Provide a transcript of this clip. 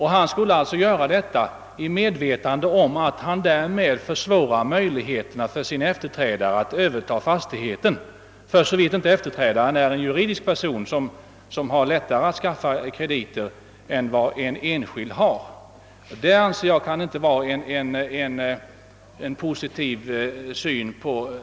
Han skulle alltså göra detta i medvetandet om att han därmed försvårar möjligheterna för sin efterträdare att överta fastigheten, för så vitt inte efterträdaren är en juridisk person som har lättare att skaffa krediter än en enskild person.